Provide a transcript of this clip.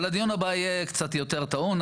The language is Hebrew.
אבל הדיון הבא יהיה קצת יותר טעון,